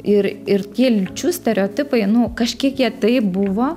ir ir tie lyčių stereotipai nu kažkiek jie taip buvo